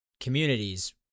communities